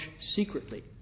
secretly